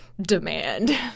demand